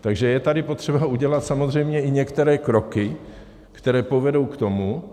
Takže je tady potřeba udělat samozřejmě i některé kroky, které povedou k tomu,